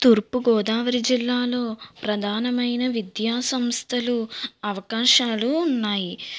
తూర్పుగోదావరి జిల్లాలో ప్రధానమైన విద్యాసంస్థలు అవకాశాలు ఉన్నాయి